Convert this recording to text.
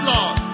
Lord